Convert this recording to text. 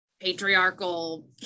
patriarchal